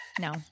No